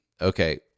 Okay